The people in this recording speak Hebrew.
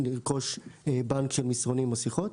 לרכוש בנק של מסרונים ושיחות.